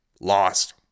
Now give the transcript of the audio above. Lost